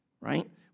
right